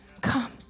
Come